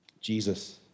Jesus